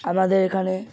আমাদের এখানে